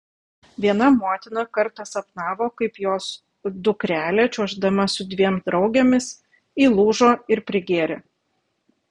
viena motina kartą sapnavo kaip jos dukrelė čiuoždama su dviem draugėmis įlūžo ir prigėrė